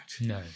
No